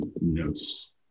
notes